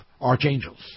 archangels